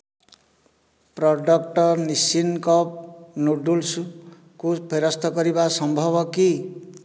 product ନିସିନଙ୍କ cup ନୁଡ଼ଲ୍ସ୍କୁ ଫେରସ୍ତ କରିବା ସମ୍ଭବ କି